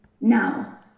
Now